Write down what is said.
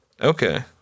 Okay